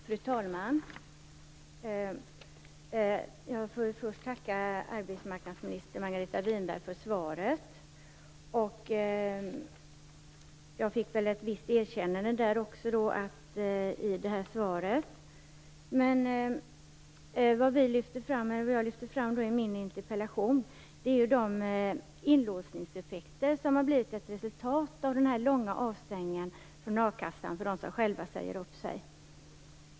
Fru talman! Jag får först tacka arbetsmarknadsminister Margareta Winberg för svaret. Jag fick väl ett visst erkännande där. Vad jag lyfter fram i min interpellation är de inlåsningseffekter som har blivit ett resultat av den långa avstängningen från a-kassan för dem som själva säger upp sig.